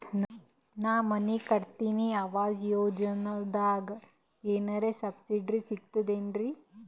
ನಾ ಮನಿ ಕಟಕತಿನಿ ಆವಾಸ್ ಯೋಜನದಾಗ ಏನರ ಸಬ್ಸಿಡಿ ಸಿಗ್ತದೇನ್ರಿ?